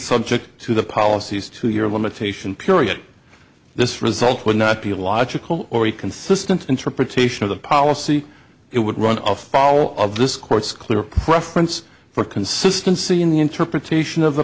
subject to the policies to your limitation period this result would not be a logical or consistent interpretation of the policy it would run afoul of this court's clear preference for consistency in the interpretation of the